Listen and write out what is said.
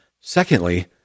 Secondly